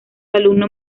alumno